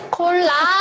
Cola